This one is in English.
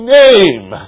name